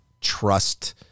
trust